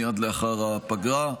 מייד לאחר הפגרה.